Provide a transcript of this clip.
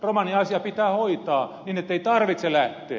romaniasia pitää hoitaa niin ettei tarvitse lähteä